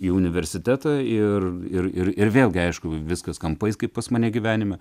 į universitetą ir ir ir ir vėlgi aišku viskas kampais kaip pas mane gyvenime